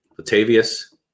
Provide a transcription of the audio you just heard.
Latavius